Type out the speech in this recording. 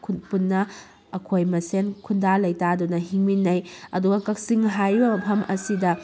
ꯄꯨꯟꯅ ꯑꯩꯈꯣꯏ ꯃꯁꯦꯟ ꯈꯨꯟꯗꯥ ꯂꯩꯇꯥꯗꯨꯅ ꯍꯤꯡꯃꯤꯟꯅꯩ ꯑꯗꯨꯒ ꯀꯛꯆꯤꯡ ꯍꯥꯏꯔꯤꯕ ꯃꯐꯝ ꯑꯁꯤꯗ